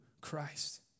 Christ